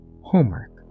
homework